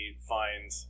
find